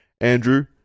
Andrew